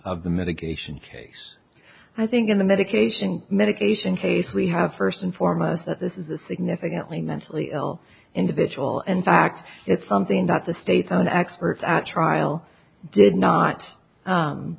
of the mitigation phase i think in the medication medication case we have first and foremost that this is a significantly mentally ill individual and fact it's something that the state's own expert at trial did not